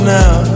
now